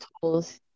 tools